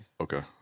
Okay